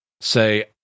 say